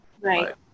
Right